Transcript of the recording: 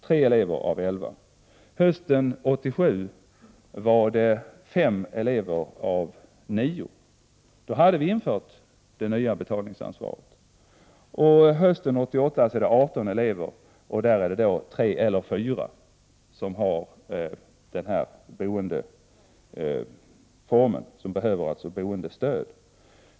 Hösten 1987 var det fem elever av nio. Då hade vi infört det nya betalningsansvaret. Och hösten 1988 är det arton elever, varav tre eller fyra har denna boendeform och behöver boendestöd.